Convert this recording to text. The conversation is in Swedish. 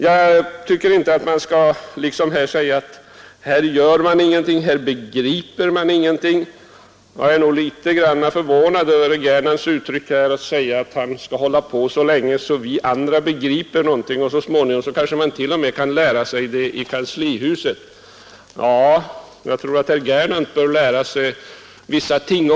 Jag tycker inte att vi skall säga att det inte görs någonting på detta område eller att man inte begriper någonting. Jag är förvånad över herr Gernandt som sade att han skulle hålla på så länge att vi andra begrep någonting och så småningom kanske man t.o.m. kunde lära sig det i kanslihuset. Jag tror att också herr Gernandt bör lära sig vissa ting.